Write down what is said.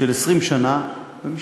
של 20 שנה, ומשתחרר.